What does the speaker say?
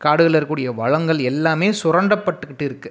காடுகளில் இருக்கக்கூடிய வளங்கள் எல்லாமே சுரண்டப்பட்டுக்கிட்டு இருக்குது